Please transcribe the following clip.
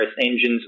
engines